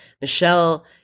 Michelle